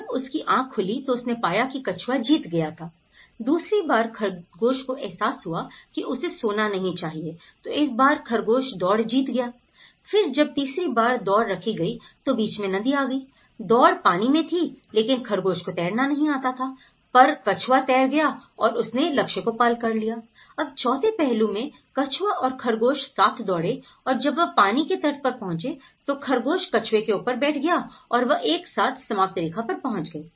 जब उसकी आंख खुली तो उसने पाया कि कछुआ जीत गया थाI दूसरी बार खरगोश को एहसास हुआ कि उसे सोना नहीं चाहिए तो इस बार खरगोश दौड़ जीत गयाI फिर जब तीसरी बार दौड़ रखी गई तो बीच में नदी आ गई दौड़ पानी में थी लेकिन खरगोश को तैरना नहीं आता था पर कछुआ तैर गया और उसने लक्ष्य को पार कर लियाI अब चौथे पहलू में कछुआ और खरगोश साथ दौड़े और जब वह पानी के तट पर पहुंचे तो खरगोश कछुए के ऊपर बैठ गया और वह एक साथ समाप्त रेखा पर पहुंच गए